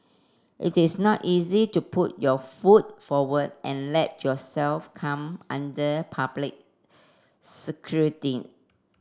it is not easy to put your foot forward and let yourself come under public scrutiny